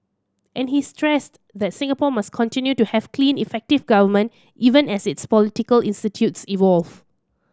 and he stressed that Singapore must continue to have clean effective government even as its political institutions evolve